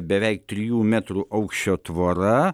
beveik trijų metrų aukščio tvora